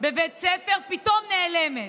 בבית ספר שפתאום נעלמת,